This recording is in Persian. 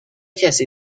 کسی